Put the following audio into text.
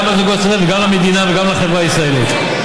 גם לזוגות הצעירים וגם למדינה וגם לחברה הישראלית.